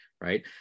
Right